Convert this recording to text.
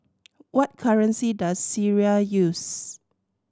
what currency does Syria use